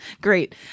great